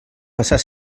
passar